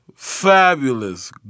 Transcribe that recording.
Fabulous